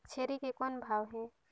छेरी के कौन भाव हे?